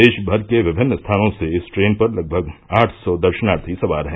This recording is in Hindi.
देशभर के विमिन्न स्थानों से इस ट्रेन पर लगभग आठ सौ दर्शनार्थी सवार है